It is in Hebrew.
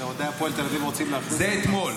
שאוהדי הפועל תל אביב רוצים להכניס למשחק --- זה אתמול,